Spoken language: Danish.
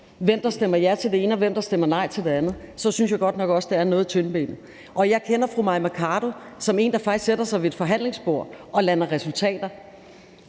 hvem der stemmer ja til det ene, og hvem der stemmer nej til det andet, så synes jeg godt nok også, at det er noget tyndbenet. Jeg kender fru Mai Mercado som en, der faktisk sætter sig ved et forhandlingsbord og lander resultater,